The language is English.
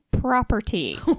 property